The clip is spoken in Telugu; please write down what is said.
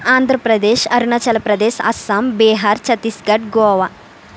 ఆంధ్రప్రదేశ్ అరుణాచల్ ప్రదేశ్ అస్సాం బీహార్ ఛతీస్గఢ్ గోవా